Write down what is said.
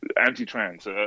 anti-trans